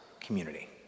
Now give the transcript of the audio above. community